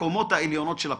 לקומות העליונות של הפירמידה.